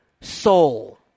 soul